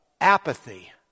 apathy